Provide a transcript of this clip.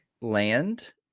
land